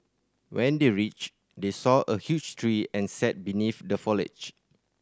when they reached they saw a huge tree and sat beneath the foliage